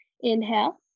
Inhale